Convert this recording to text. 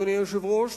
אדוני היושב-ראש,